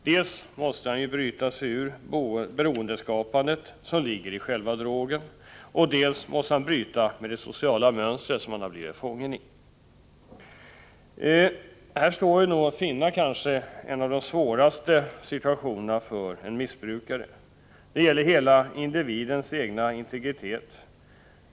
Dels måste han bryta sig ur beroendeskapandet som ligger i själva drogen, dels måste han bryta med det sociala mönster som han blivit fången i. Här står kanske att finna en av de svåraste situationerna för en missbrukare. Det gäller hela individens egna integritet.